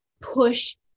push